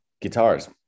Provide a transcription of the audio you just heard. guitars